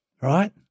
Right